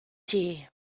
tea